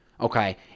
okay